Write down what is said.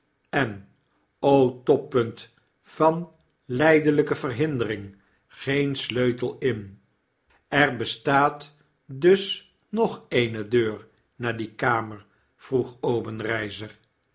en o toppunt van lijdelijke verhindering geen sleutel in er bestaat dus nog eene deur naar die kamer vroeg